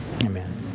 Amen